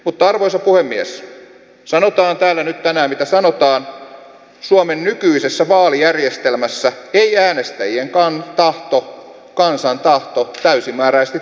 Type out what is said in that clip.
mutta arvoisa puhemies sanotaan täällä nyt tänään mitä sanotaan suomen nykyisessä vaalijärjestelmässä ei äänestäjien tahto kansan tahto täysimääräisesti toteudu